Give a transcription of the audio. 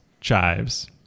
chives